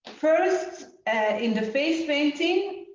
first in the face painting,